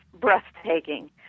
breathtaking